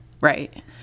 Right